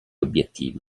obiettivi